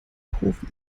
profi